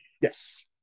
Yes